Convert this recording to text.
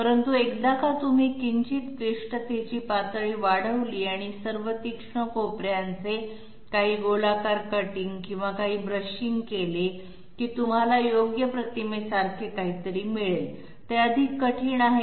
परंतु एकदा का तुम्ही किंचित क्लिष्टतेची पातळी वाढवली आणि सर्व तीक्ष्ण कोपऱ्यांचे काही गोलाकार कटिंग आणि काही ब्रशिंग केले की तुम्हाला योग्य प्रतिमेसारखे काहीतरी मिळेल ते अधिक कठीण आहे